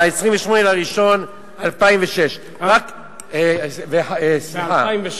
מ-28 בינואר 2006. 2006?